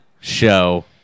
show